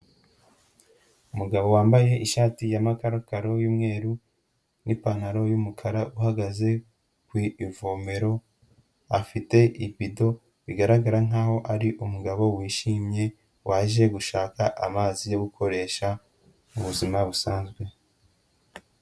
Umugabo wambaye ishati y'amakarakaro y'umweru n'ipantaro y'umukara, uhagaze ku ivomero afite ibido bigaragara nkaho ari umugabo wishimye waje gushaka amazi yo gukoresha mu buzima busanzwe.